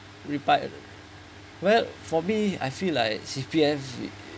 well for me I feel like C_P_F